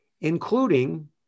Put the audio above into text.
including